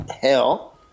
hell